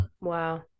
wow